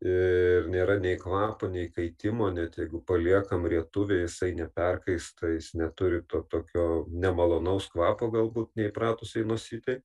ir nėra nei kvapo nei kaitimo net jeigu paliekam rietuvėj jisai neperkaista jis neturi tokio nemalonaus kvapo galbūt neįpratusiai nosytei